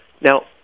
Now